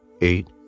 Eight